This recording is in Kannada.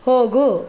ಹೋಗು